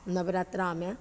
नवरात्रामे